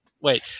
wait